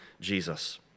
Jesus